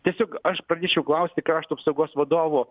tiesiog aš pradėčiau klausti krašto apsaugos vadovo